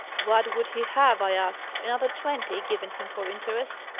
what would he have, i ask? another twenty, given him for interest?